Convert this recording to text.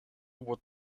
would